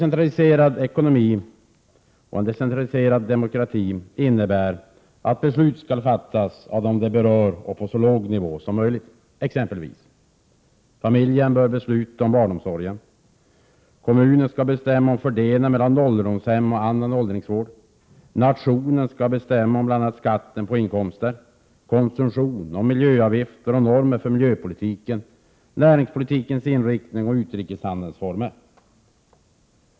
En decentraliserad demokrati innebär att beslut skall fattas av dem det berör och på så låg nivå som möjligt: — Familjen bör besluta om barnomsorgen. - Kommunen skall bestämma om fördelningen mellan ålderdomshem och annan åldringsvård. —- Nationen skall besluta om skatten på inkomster och konsumtion, om miljöavgifter och normer för miljöpolitiken, om näringspolitikens inriktning och utrikeshandelns former.